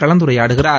கலந்துரையாடுகிறார்